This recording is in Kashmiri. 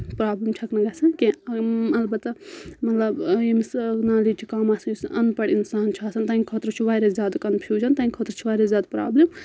پرابلِم چھَکھ نہٕ گژھان کینٛہہ البتہ مطلب ییٚمِس نالیج چھِ کَم آسان یُس اَن پَڑھ اِنسان چھُ آسان تہِ خٲطرٕ چھُ واریاہ زیادٕ کَنفیوٗجَن تٔہندۍ خٲطرٕ چھِ واریاہ زیادٕ پرٛابلِم